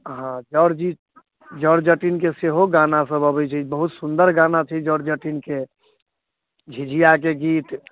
हँ जट जी जट जटिनके सेहो गाना सब अबै छै बहुत सुन्दर गाना छै जट जटिनके झिझियाके गीत